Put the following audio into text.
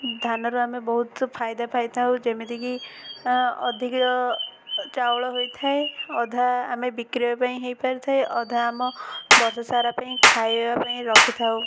ଧାନରୁ ଆମେ ବହୁତ ଫାଇଦା ପାଇଥାଉ ଯେମିତିକି ଅଧିକ ଚାଉଳ ହୋଇଥାଏ ଅଧା ଆମେ ବିକିବା ପାଇଁ ହେଇପାରିଥାଏ ଅଧା ଆମ ବର୍ଷ ସାରା ପାଇଁ ଖାଇବା ପାଇଁ ରଖିଥାଉ